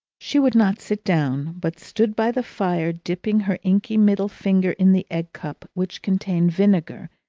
she would not sit down, but stood by the fire dipping her inky middle finger in the egg-cup, which contained vinegar,